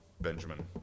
Benjamin